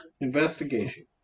Investigation